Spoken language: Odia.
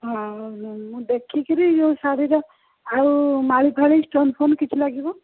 ହଁ ମୁଁ ଦେଖିକିରି ଯେଉଁ ଶାଢ଼ିଟା ଆଉ ମାଳି ଫାଳି ଷ୍ଟୋନ୍ ଫୋନ୍ କିଛି ଲାଗିବ